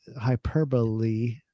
hyperbole